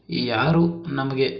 ಯಾರು ನಮಗೆ